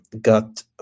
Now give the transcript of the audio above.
got